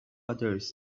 others